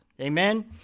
Amen